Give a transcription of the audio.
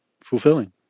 fulfilling